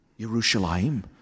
Yerushalayim